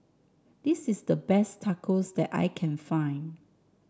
this is the best Tacos that I can find